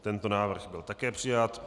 Tento návrh byl také přijat.